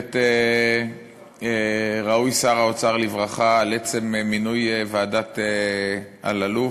שבאמת ראוי שר האוצר לברכה על עצם מינוי ועדת אלאלוף.